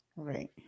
Right